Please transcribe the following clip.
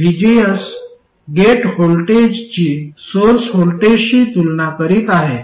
vgs gate व्होल्टेजची source व्होल्टेजशी तुलना करीत आहे